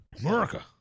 America